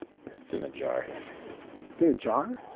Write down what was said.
it's in a jar here it's in a jar?